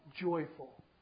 joyful